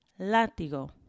Látigo